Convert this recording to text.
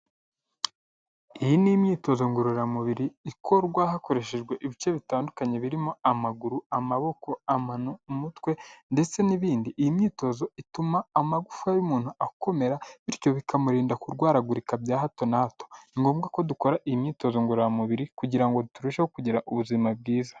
Iyi ni imyitozo ngororamubiri ikorwa hakoreshejwe ibice bitandukanye birimo amaguru, amaboko, amano, umutwe ndetse n'ibindi, iyi myitozo ituma amagufawa y'umuntu akomera bityo bikamurinda kurwaragurika bya hato na hato, ni ngombwa ko dukora iyi imyitozo ngororamubiri kugira ngo turusheho kugira ubuzima bwiza.